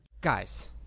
guys